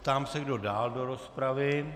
Ptám se, kdo dál do rozpravy.